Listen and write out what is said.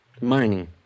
Mining